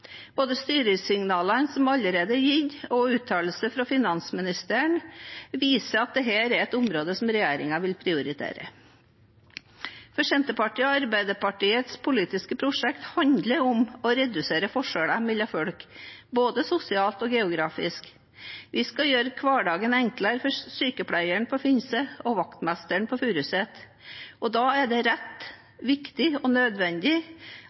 Både styringssignalene som allerede er gitt, og uttalelser fra finansministeren, viser at dette er et område regjeringen vil prioritere. Senterpartiet og Arbeiderpartiets politiske prosjekt handler om å redusere forskjeller mellom folk, både sosialt og geografisk. Vi skal gjøre hverdagen enklere for sykepleieren på Finse og vaktmesteren på Furuset. Og da er det rett, viktig og nødvendig